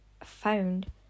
found